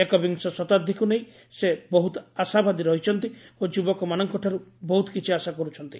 ଏକବିଂଶ ଶତାବ୍ଦୀକୁ ନେଇ ସେ ବହୁତ ଆଶାବାଦୀ ରହିଛନ୍ତି ଓ ଯୁବକମାନଙ୍କଠାରୁ ବହୁତ କିଛି ଆଶା କରୁଛନ୍ତି